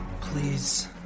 please